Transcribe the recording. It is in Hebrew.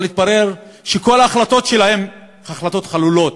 אבל התברר שכל ההחלטות שלהם החלטות חלולות,